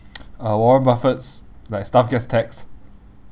uh warren buffett's like stuff gets taxed